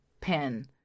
pen